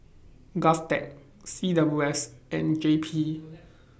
Govtech C W S and J P